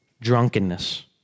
drunkenness